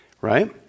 Right